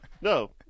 No